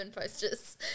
posters